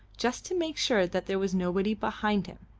just to make sure that there was nobody behind him,